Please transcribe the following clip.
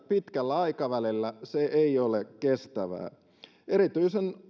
pitkällä aikavälillä se ei ole kestävää erityisen